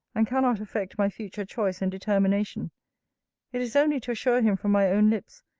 and cannot affect my future choice and determination it is only to assure him from my own lips,